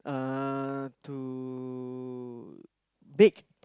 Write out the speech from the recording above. uh to bake